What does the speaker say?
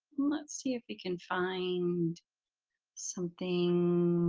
let's see if we can find something.